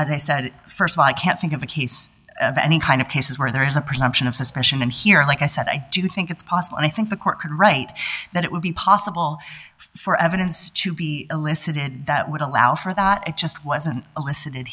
as i said st of all i can't think of a case of any kind of cases where there is a presumption of suspension and here like i said i do think it's possible i think the court could write that it would be possible for evidence to be elicited that would allow for that it just wasn't elicited